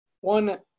One